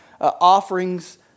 offerings